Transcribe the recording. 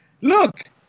look